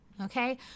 Okay